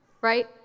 right